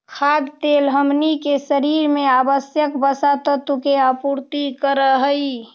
खाद्य तेल हमनी के शरीर में आवश्यक वसा तत्व के आपूर्ति करऽ हइ